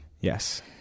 Yes